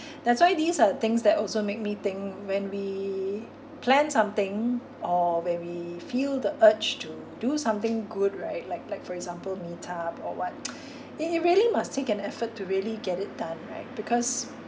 that's why these are things that also make me think when we plan something or when we feel the urge to do something good right like like for example meet up or what it it really must take an effort to really get it done right because